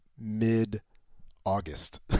mid-August